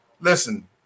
Listen